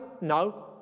No